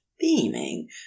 beaming